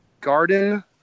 garden